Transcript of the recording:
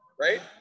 right